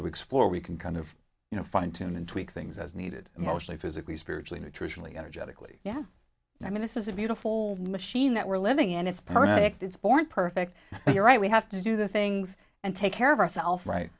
to explore we can kind of you know fine tune and tweak things as needed emotionally physically spiritually nutritionally energetically yeah i mean this is a beautiful machine that we're living in it's perfect it's born perfect and you're right we have to do the things and take care of our self right